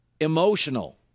emotional